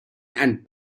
and